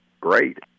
Great